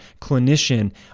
clinician